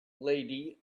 lady